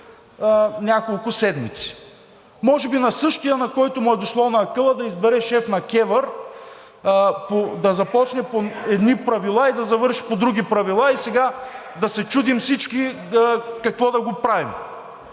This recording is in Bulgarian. няколко седмици. Може би на същия, на който му е дошло на акъла да избере шеф на КЕВР – да започне по едни правила и да завърши по други правила, и сега да се чудим всички какво да го правим.